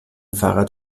fahrrad